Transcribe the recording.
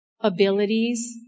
abilities